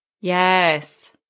Yes